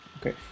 Okay